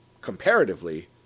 comparatively